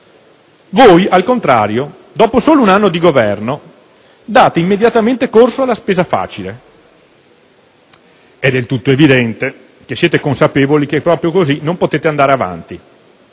Voi, al contrario, dopo un solo anno di Governo, date immediatamente corso alla spesa facile. E' del tutto evidente che siete consapevoli che proprio così non potete andare avanti,